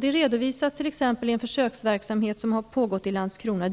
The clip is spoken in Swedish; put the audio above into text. Det redovisas t.ex. i en försöksverksamhet som har pågått i Landskrona.